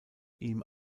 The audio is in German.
ihm